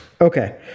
Okay